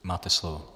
Máte slovo.